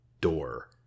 door